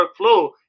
workflow